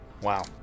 Wow